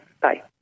Bye